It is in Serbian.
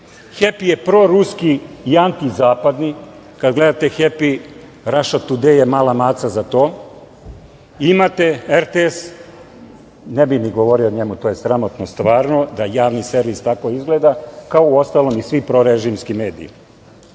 "Hepi" je proruski i anti-zapadni, kada gledate "Hepi" "Russia Today" je mala maca za to i imate RTS, ne bih govorio o njemu, to je sramotno stvarno da javni servis tako izgleda, kao i uostalom svi prorežimski mediji. Što